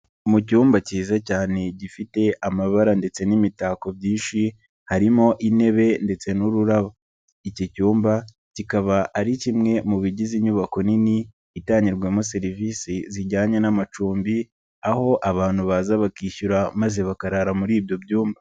Mu cyumba kiza cyane gifite amabara ndetse n'imitako byinshi, harimo intebe ndetse n'ururabo. Iki cyumba kikaba ari kimwe mu bigize inyubako nini itangirwamo serivisi zijyanye n'amacumbi, aho abantu baza bakishyura maze bakarara muri ibyo byumba.